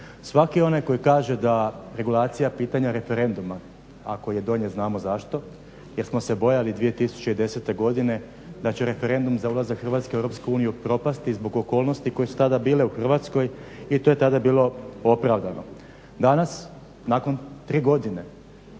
Svaki onaj koji kaže da regulacija pitanja referenduma ako je donijet znamo zašto jer smo se bojali 2010. godine da će referendum za ulazak Hrvatske u EU propasti zbog okolnosti koje su tada bile u Hrvatskoj i to je tada bilo opravdano. Danas nakon tri godine